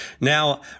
Now